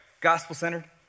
Gospel-centered